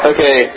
Okay